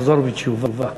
לחזור בתשובה.